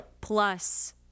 Plus